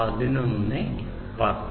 15